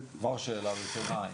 זו השאלה הראשונה,